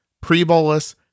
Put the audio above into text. pre-bolus